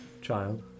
child